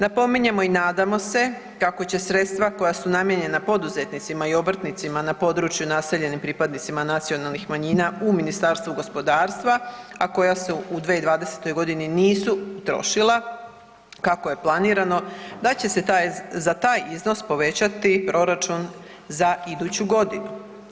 Napominjemo i nadamo se kako će sredstva koja su namijenjena poduzetnicima i obrtnicima na području naseljenim pripadnicima nacionalnih manjina u Ministarstvu gospodarstva, a koja se u 2020. godini nisu trošila kako je planirano, da će se za taj iznos povećati proračun za iduću godinu.